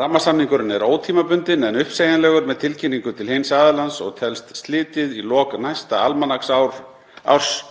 Rammasamningurinn er ótímabundinn en uppsegjanlegur með tilkynningu til hins aðilans og telst slitið í lok næsta almanaksárs